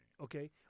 Okay